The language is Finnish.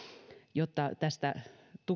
jotta tästä